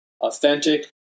authentic